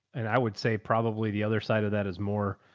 and i would say probably the other side of that is more,